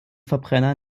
verbrenner